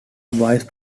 vice